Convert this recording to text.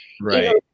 right